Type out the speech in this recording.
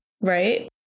right